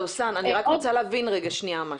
סאוסן, אני רק רוצה להבין שנייה משהו.